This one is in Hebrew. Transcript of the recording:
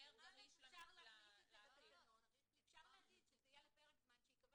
אפשר להגיד שזה יהיה על פרק זמן שייקבע